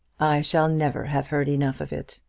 shall never have heard enough of it.